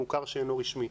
המוכר שאינו רשמי,